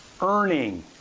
earning